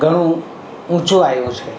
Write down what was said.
ઘણું ઊંચું આવ્યું છે